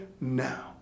now